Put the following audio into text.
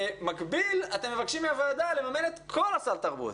במקביל, אתם מבקשים מהוועדה לממן את כל סל התרבות.